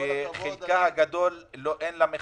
שחלקה הגדול אין לה מחשבים,